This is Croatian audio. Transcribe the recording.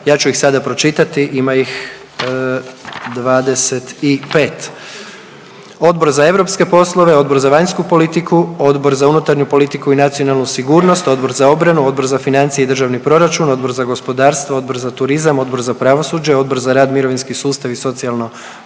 ja ću ih sad pročitati ima ih 25. Odbor za europske poslove, Odbor za vanjsku politiku, Odbor za unutarnju politiku i nacionalnu sigurnost, Odbor za obranu, Odbor za financije i državni proračun, Odbor za gospodarstvo, Odbor za turizam, Odbor za pravosuđe, Odbor za rad, mirovinski sustav i socijalno